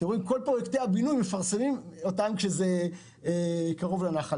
את כל פרויקטי הבינוי מפרסמים כקרובים לנחל.